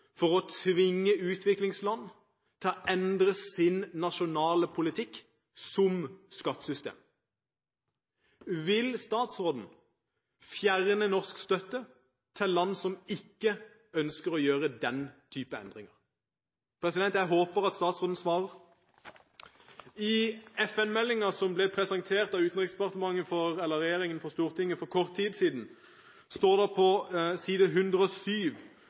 for å tvinge utviklingsland til å endre sin nasjonale politikk, som f.eks. skattesystem? Vil statsråden fjerne norsk støtte til land som ikke ønsker å gjøre den typen endringer? Jeg håper statsråden svarer. I FN-meldingen som ble presentert av regjeringen for Stortinget for kort tid siden, står det på side 107: